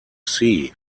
sea